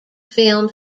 film